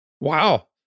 Wow